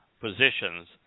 positions